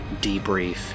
debrief